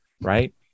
Right